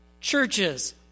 churches